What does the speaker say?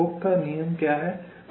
hook का नियम क्या है